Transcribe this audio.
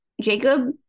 Jacob